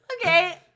Okay